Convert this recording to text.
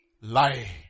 lie